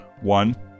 one